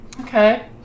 Okay